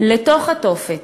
לתוך התופת,